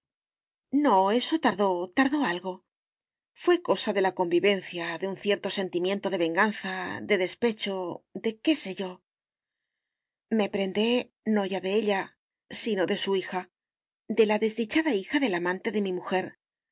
no eso tardó tardó algo fué cosa de la convivencia de un cierto sentimiento de venganza de despecho de qué sé yo me prendé no ya de ella sino de su hija de la desdichada hija del amante de mi mujer